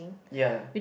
ya